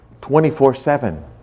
24-7